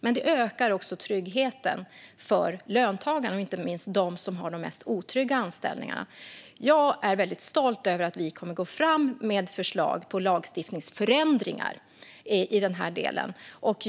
Men den ökar också tryggheten för löntagarna, inte minst för dem som har de mest otrygga anställningarna. Jag är väldigt stolt över att vi kommer att gå fram med förslag till lagstiftningsförändringar på detta område.